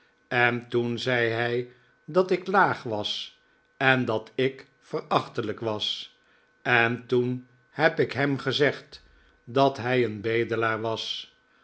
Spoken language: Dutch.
en toen zei hij dat ik laag was en dat ik verachtelijk was en toen heb ik hem gezegd dat hij een bedelaar was